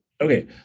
Okay